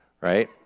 right